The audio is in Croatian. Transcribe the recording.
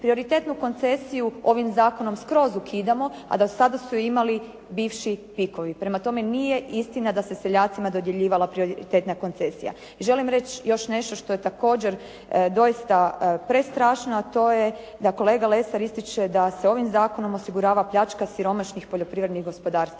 Prioritetu koncesiju ovim zakonom skroz ukidamo a do sada su je imali bivši PIK-ovi. Prema tome, nije istina da se seljacima dodjeljivala prioritetna koncesija. I želim reći još nešto što je također doista prestrašno a to je da kolega Lesar ističe da se ovim zakonom osigurava pljačka siromašnih poljoprivrednih gospodarstava.